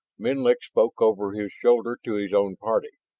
menlik spoke over his shoulder to his own party.